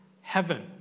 heaven